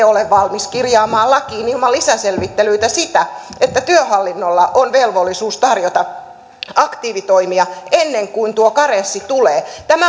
ole valmis kirjaamaan lakiin ilman lisäselvittelyitä sitä että työhallinnolla on velvollisuus tarjota aktiivitoimia ennen kuin tuo karenssi tulee tässä